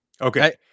Okay